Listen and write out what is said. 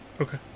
Okay